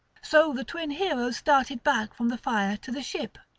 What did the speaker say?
so the twin heroes started back from the fire to the ship.